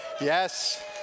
Yes